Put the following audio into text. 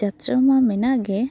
ᱡᱟᱛᱨᱟ ᱢᱟ ᱢᱮᱱᱟᱜ ᱜᱮ